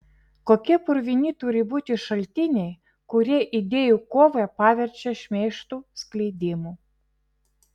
kokie purvini turi būti šaltiniai kurie idėjų kovą paverčia šmeižtų skleidimu